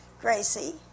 Gracie